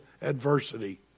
adversity